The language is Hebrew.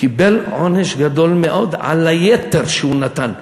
קיבל עונש גדול מאוד על היתר שהוא נתן,